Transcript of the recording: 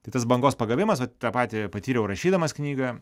tai tas bangos pagavimas vat tą patį patyriau rašydamas knygą